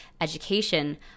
education